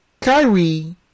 Kyrie